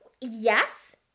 Yes